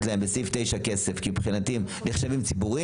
אבל כמו שאני יודע לתת להם בסעיף 9 כסף כי מבחינתי הם נחשבים ציבוריים,